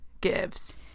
gives